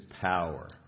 power